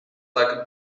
tak